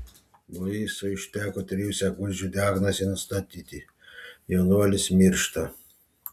luisui užteko trijų sekundžių diagnozei nustatyti jaunuolis miršta